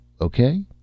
Okay